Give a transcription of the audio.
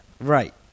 Right